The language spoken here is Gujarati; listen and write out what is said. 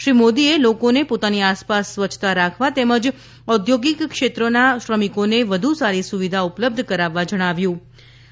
શ્રી મોદીએ લોકોને પોતાની આસપાસ સ્વચ્છતા રાખવા તેમજ ઔદ્યોગિત ક્ષેત્રોના શ્રમિકોને વધુ સારી સુવિધા ઉપલબ્ધ કરવવા જણાવ્યું હતું